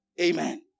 Amen